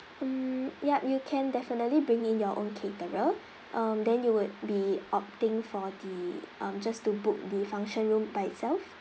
mm yup you can definitely bring in your own caterer um then you would be opting for the um just to book the function room by itself